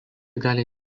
gali